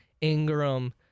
Ingram